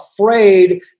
afraid